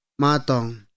Matong